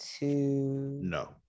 No